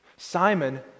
Simon